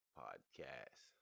podcast